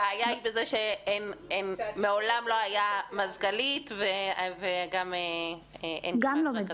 הבעיה היא בזה שמעולם לא הייתה מזכ"לית וגם אין כמעט רכזות.